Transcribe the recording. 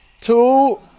Two